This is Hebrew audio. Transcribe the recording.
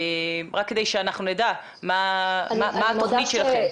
רק כדי שאנחנו נדע מה התכנית שלכם.